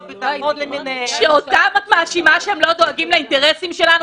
ביטחון למיניהם --- שאותם את מאשימה שהם לא דואגים לאינטרסים שלנו.